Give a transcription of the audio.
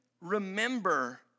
remember